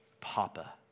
Papa